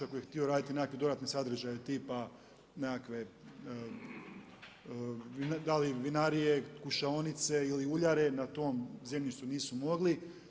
Ako je htio raditi nekakve dodatne sadržaje tipa nekakve da li vinarije, kušaonice ili uljare na tom zemljištu nisu mogli.